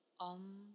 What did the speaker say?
Om